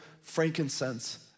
frankincense